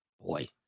Boy